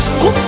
go